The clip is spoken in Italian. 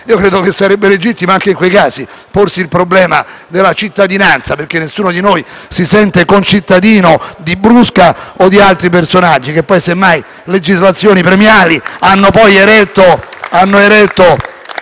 Credo che sarebbe legittimo anche in quei casi porsi il problema della cittadinanza perché nessuno di noi si sente concittadino di Brusca o di altri personaggi che poi, semmai, legislazioni premiali hanno eretto